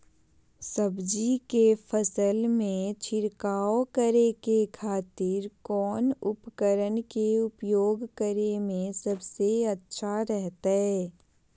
सब्जी के फसल में छिड़काव करे के खातिर कौन उपकरण के उपयोग करें में सबसे अच्छा रहतय?